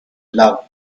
love